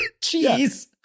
cheese